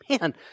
Man